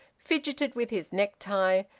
fidgeted with his necktie,